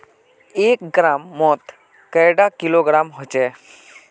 एक ग्राम मौत कैडा किलोग्राम होचे?